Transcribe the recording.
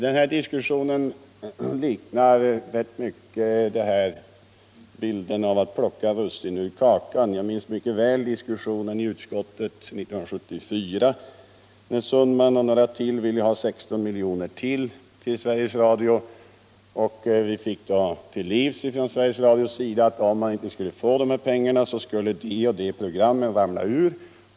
Den här diskussionen liknar rätt mycket bilden av att plocka russin ur kakan. Jag minns mycket väl diskussionen i utskottet 1974. Herr Sundman och några till ville ha ytterligare 16 miljoner till Sveriges Radio. Vi fick då från Sveriges Radios sida veta att om man inte fick de här pengarna skulle de och de programmen bortfalla.